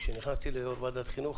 כשנכנסת לתפקיד יושב-ראש ועדת החינוך,